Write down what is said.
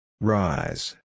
Rise